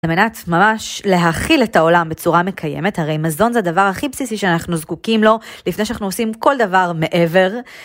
למנת ממש להכיל את העולם בצורה מקיימת, הרי מזון זה הhdhdjdjdjdjדבר הכי בסיסי שאנחנו זקוקים לו לפני שאנחנו עושים כל דבר מעבר.